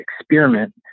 experiment